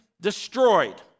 destroyed